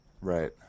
Right